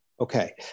Okay